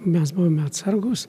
mes buvome atsargūs